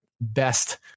best